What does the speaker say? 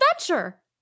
adventure